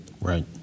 Right